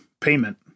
payment